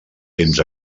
temps